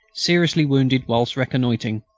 seriously wounded whilst reconnoitring.